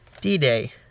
D-Day